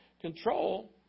control